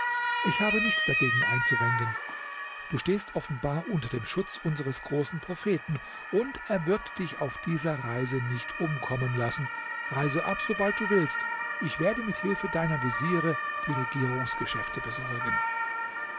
ich habe nichts dagegen einzuwenden du stehst offenbar unter dem schutz unseres großen propheten und er wird dich auf dieser reise nicht umkommen lassen reise ab sobald du willst ich werde mit hilfe deiner veziere die regierungsgeschäfte besorgen